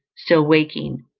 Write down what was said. still waking,